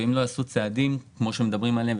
אם לא יעשו צעדים כמו שמדברים עליהם,